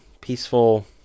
peaceful